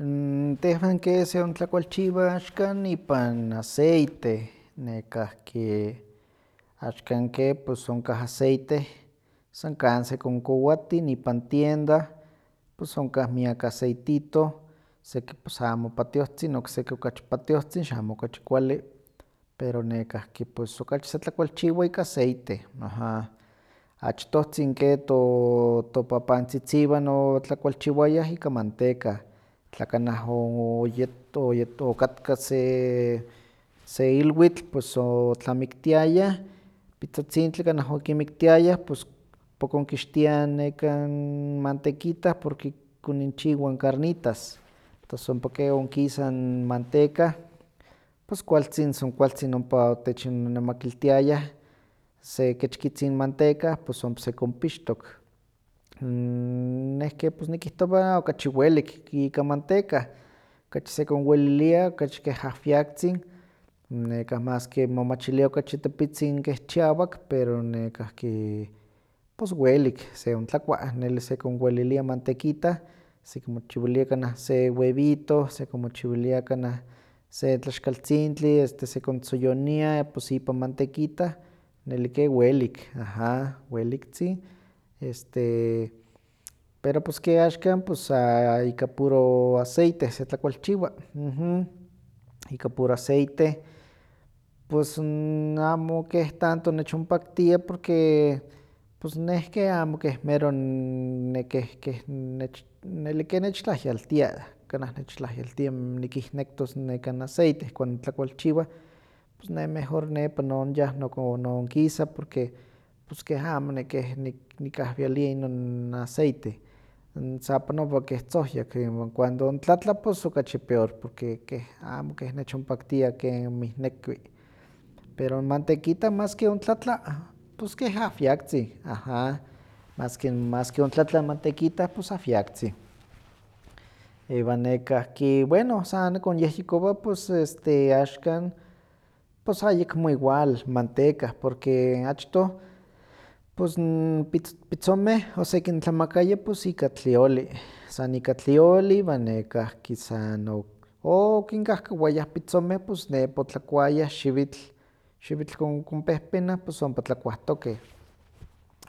N tehwan ke seontlakualchiwa axkan ipan aceite, nekahki axkan ke pus onkah n aceite san kan sekonkowatin ipan tienda pus onkah miak aceitito seki pus amo patiohtzin, okseki okachi patiohtzin xamo okachi kuali, pero nekahki okachi setlakualchiwa ika aceite. Achtohtzon ke to- topapantzitziwan otlakualchiwayah ika manteka, tla kanah o- oyet- oy- okatka se se ilwitl, pus otlamiktiaya, pitzotzintli kanah okimiktiayah pus, ompa konkixtiah nekan mantekitah porque koninchiwah n carnitas, tos ompa ke onkisa n manteca, pus kualtzin son kualtzin ompa otechonnemakiltiayah se kechkitzin manteca pus ompa sekonpixtok, neh ke pus nikihtowa okachi welik ika manteca, okachi sekonwelilia, okachi keh ahwiaktzin, nekah maski momachilia okachi tepitzin keh chiawak pero nekahki pos welik seontlakua, neli sekonwelilia n mantequita sekimochiwilia kanah se webito, sekimochiwilia kanah se tlaxkantzintli este sekontzoyonia pus ipan mantequita neli ke welik, aha, weliktzin, pero pues ke axkan ya, ika puro aceite se tlakualchiwa, ika puro aceite pus n amo keh tanto nechonpaktia porque neh ke amo keh mero n- e- keh- keh- nech neli keh nechtlahyaltia kanah nechtlahyaltia nikihnektos n aceite cuando tlakualchiwah pus neh mejor nepa nonyah nok- o- nonkisa porque pus keh amo nek- nik- nikahwiali inon aceite, sapanowa keh tzohyak, iwan cuando tlatla pues okachi peor porque keh, amo keh nechonpaktia ken mihnekui. Pero mantequita maske ontlatla nes keh ahwiaktzin, aha, maske ontlatla mantequita pus ahwiaktzin. Iwan nekahki, bueno san nikonyehyekowa pues este axkan pus ayekmo igual manteca porque achtoh pus n pitzomeh osekintlamakaya pus ika n tlioli, san ika n tlioli iwan nekahki san nekah o- okinkahkawayah pitzomeh pus nepa otlakuayah xiwitl, xiwitl kon- konpehpena pus ompa tlakuahtokeh,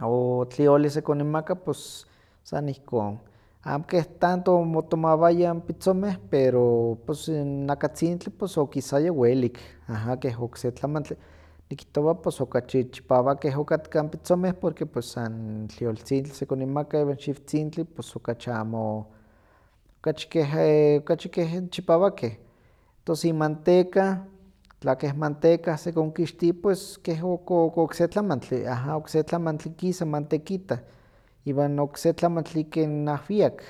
o tlioli sekoninmaka pus san ihkon, amo keh tanto omotomawayah n pitzomeh pero pus n nakatzintli okisaya welik, aha, keh okse tlamantli, nikihtowa pus okachi chipawakeh okatkah n pitzomeh porque pus san tlioltzintli sekoninmaka iwan xiwtzintli pus okachi amo, okachi keh, okachi keh chipawakeh, tos imanteca tlakeh manteca sekonkixti keh ok- ok- okse tlamantli, aha, okse tlamantli kisa matequita, iwan okse tlamantli ken ahwiak,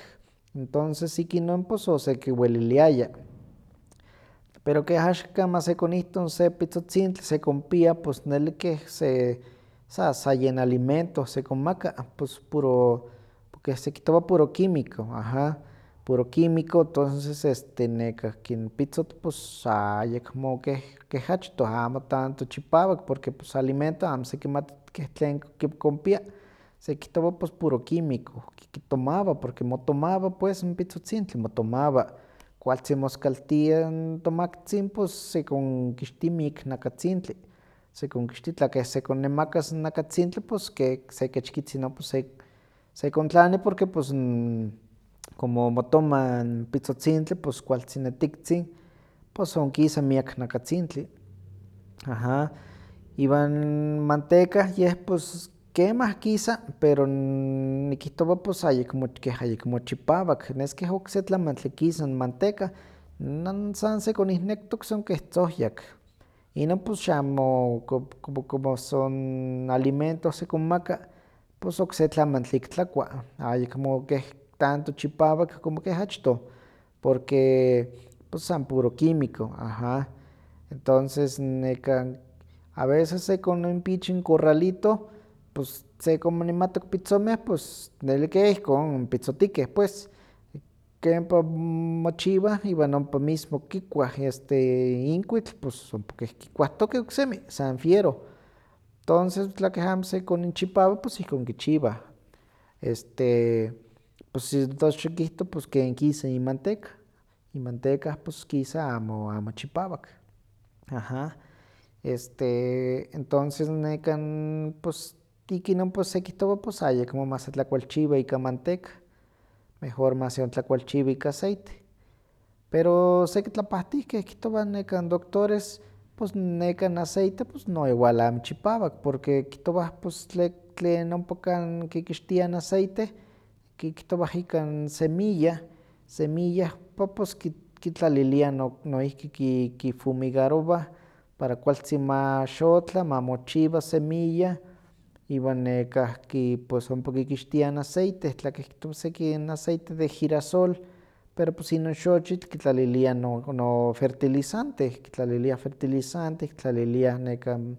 entonces ikinon pues osekiweliliaya, pero keh axkan ma sekonihto se pitzotzintli sekonpia pus neli keh sa- sa yen alimento sekonmaka, pues puro keh sekihtowa puro químico, aha, puro químico, toses este nekahki n pitzotl pus ayeko keh keh achtoh, amo tanto chipawak porque pus alimento amo sekimati keh tlen k- ki- konpia, sekihtowa pues puro químico ki- kitomawa porque motomawa pues n pitzotzintli, motomawa, kualtzin moskaltia n tomaktzin pus sekonkixti mik nakatzintli, sekonkixti tla keh sekonnemakas nakatzintli ke sekechkitzin ompa sek- sekontlani porque pus n como omotomah n pitzotzintli pus kualtzin etiktzin, pus onkisa miak nakatzintli, aha. Iwan manteca, yeh pus kemah kisa, pero n nikihtowa ayekmo keh ayekmo chipawak, nes keh okse tlamantli kisa n manteca, non san sekonihnektok san keh tzohyak, inon pus xamo co- como- como son alimentoh sekonmaka pos okse tlamantli ik tlakua, ayekmo keh tanto chipawak como keh achtoh, porque pos san puro químico, entonces nekah a veces sekonimpi ich n corralito pus sekoninmatok n pitzomeh pus neli ke ihkon pitzotikeh pues, ke ompa mochiwah iwan ompa mismo kikuah inkuitl, pus ompa keh kikuahtokeh iksemi san wiero, tonces tla keh amo sekoninchipawa pus ihkon kichiwah, este pos tos xikihto pus ken kisa imanteca, imanteca pus kisa amo amo chipawak, aha, este entonces nekan pus ikinon pus sekihtowa ayekmo masetlakualchiwa ika manteca, mejor maseontlakualchiwa ika aceite, pero sekitlapahtihkeh kihtowah nekah n doctores pus nekan aceite pus noigual amo chipawak porque kihtowah pus tle- tlen ompa kan kikixtiah n aceite, kihtowah ikan semilla, semilla ompa pos ki- kitlaliliah no- noihki ki- kifumigarobah para kualtzin maxotla, mamochiwa semilla iwan nekahki pus ompa kikixtiah n aceite, tla keh kihtowah seki n aceite de girasol, pero pues inon xochitl kitlaliliah no- no- fertilizanteh, kitlaliliah fertilizanteh kitlaliliah nekan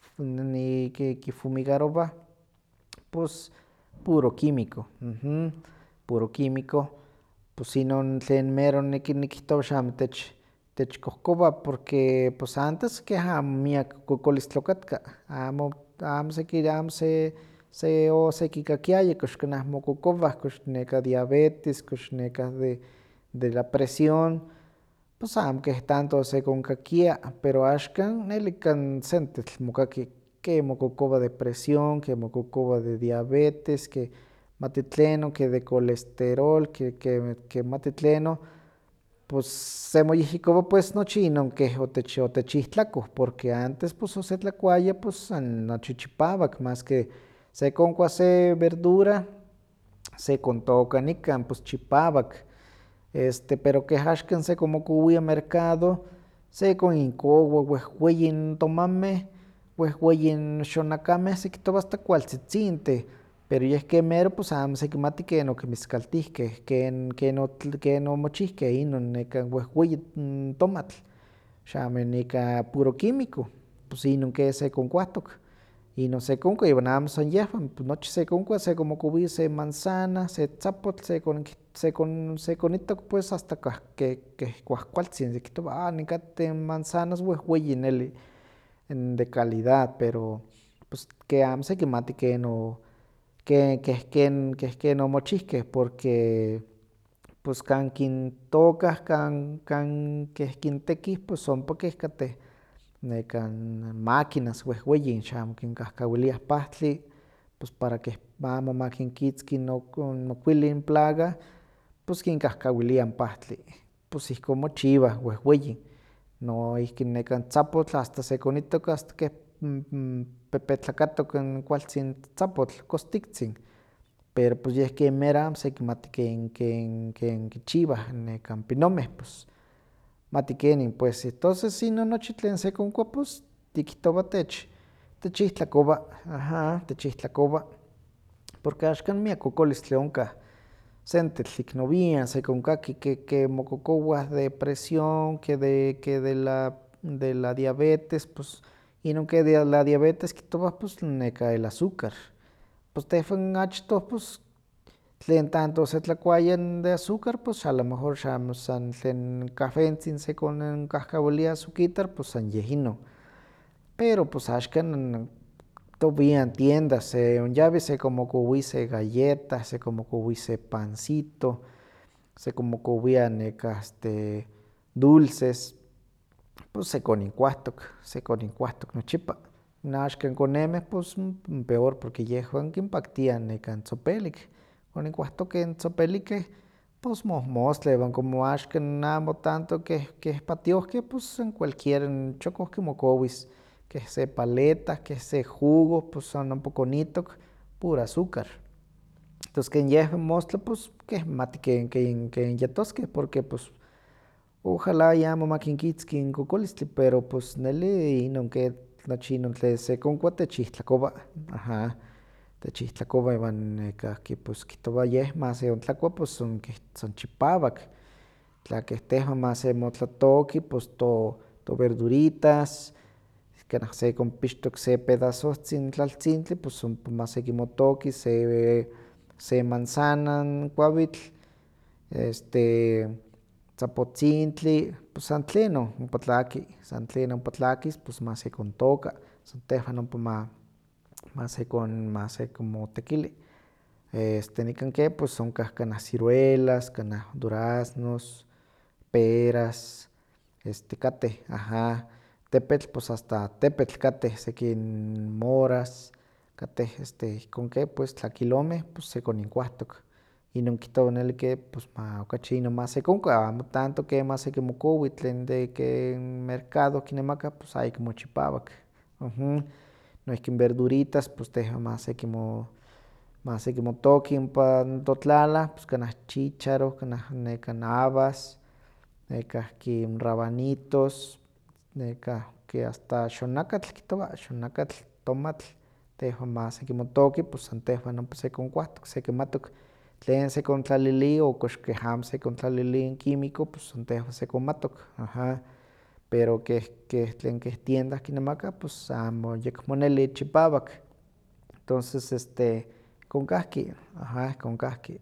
f- n- i- ki- kifumigarobah, pus puro químico, puro químico, pus inon tlen mero niki- nikihtowa xamo tech- techkohkowa porque pues antes keh amo miak kokolstli okatka, amo amo seki- amo se- se- osekikakiaya kox kanah mokokowah kox diabetres, kox nekah de de la presión, pues amo keh tanto osekonkakia, pero axkan neli kan- sentetl mokaki ke mokokowa de presión, ke mokokowa de diabetes, ke mati tlenon ke de colesterol, ke ke kemati tlenon, pus semoyehyekowa pues nochi inon keh otech- otechihtlakoh porque antes pus osetlakuaya pus san nochi chipawak maski sekonkua se verduda sekontooka nikan pus chipawak, este pero keh axkan sekonmokowia mercado, sekoninkowa wehweyi n tomameh, wehweyi n xonakameh, sekihtowa asta kualtzitzintih pero yeh ke mero pus amo sekimati ken okinmiskaltihkeh, ken ken otl- ken omochihkeh inon nekan wehweyi n tomatl xamo n ika puro químico, pus inon ke sekonkuahtok, inon sekonkua iwan amo san yehwan, nochi sekonkua sekonmokowi se manzana, se tzapotl, sekon- sekon- sekonitok pues asta kua- ke- keh kuahkualtzin sekihtowa a nekateh manzanas wehweyi neli, de calidad pero pus ke amo sekimati ken o, ke- ken- keh ken omochihkeh, porque pus kan kin tooka kan kan keh kinteki pus ompa keh kateh nekan makinas wehweyi xamo kinkahkawiliah n pahtli pus para keh amo makinkitzki n okuilin plaga, pus kinkahkawiliah n pahtli, pus ihkon mochiwah wehweyin. Noihki n tzapotl asta keh sekonittok asta keh m- m- pepetlakatok kualtzin tzapotl, kostiktzin pero pues yeh ke mero amo sekimati ken- ken- ken kichiwah nekah n pinomeh pus mati kenin, tonses nochi inon tlen sekonkua pus nikihtowa tech techoihtlakowa, aha, techihtlakowa porque axkan miak kokolistli onkah, sentetl ik nowian sekonkaki ke ke mokokowah de presión, ke de- ke de la- de la diabetes pus inon que de la diabetes kihtowah pus nekah el azúcar, pus tehwan chtoh pus tlen tanto osetlakuaya n de azucar alomejor xamo san tlen kahwentzin sekonkahkawilia n azuquitar pues san yeh inon, pero pues axkan n- towian tienda seonyawi sekonmokowi se galleta, sekonmokowi se pansito, sekonmokowia nekah este dulces, pus sekoninkuahtok nochipa, n axkan konemeh pus peor porque yehwan kinpaktia nekan tzopelik, koninkuahtokeh nekan tzopelikeh, pus mohmostla iwan como axkan amo tanto keh keh patiohkeh pus san kualquier n chokoh kimokowis, keh se paleta, keh se jugo pus son ompa konitok puro azucar, tos ken yehwan mostla pus mati ken ken yetoskeh ojala y amo ma kinkitzki n kokolistli pero pus neli inon ke nochi inon tlen sekonkua techihtlakowa, aha, techihtlakowa iwan nekahki pus kihtowa yeh ma seontlakua pus son keh son chipawak, tla keh tehwan masemotlatooki pus to- toverduritas, kanah sekonpixtok se pedasohtzin tlaltzintli pus ompa masekimotooki se se manzana n kuawitl, este tzapotzintli, pus san tlenon ompa tlaki, san tlenon ompa tlakis pus ma sekontooka san tehwan ompa ma- masekon- ma sekonmotekili, este nikan ke pus onkah kanah ciruelas, kanah duraznos, peras, este katteh, aha, tepetl pus asta tepetl kateh seki n moras, kateh este ihkon ke pues tlakilomeh pues sekoninkuahtok, inon kihtowa neli ke pus ma okachi inon ma sekonkua, amo tanto ke masekimokowi tlen de que mercado kinemaka pus ayekmo chipawak noihki n verduritas, pus tehwan masekimo- masekimotooki ompa totlalah, pus kanah chícharoh, kanah nekan abas, nekahki rabanitos, nekahhki asta xonakatl kihtowa, xonakatl, tomatl, tehwan ma sekimotooki, pus san tehwan ompa sekonkuahtok sekimatok tlen sekontlalili o kox keh amo sekontlalili n quimico pus san tehwan sekonmatok, aha. Pero keh keh tlen keh tienda kinemakah pus amo ayekmo neli chipawak, entonces este, ihkon kahki, aha, ihkon kahki.